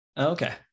okay